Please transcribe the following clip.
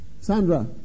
Sandra